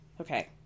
Okay